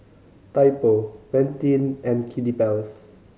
Typo Pantene and Kiddy Palace